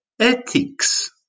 ethics